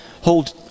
hold